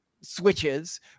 switches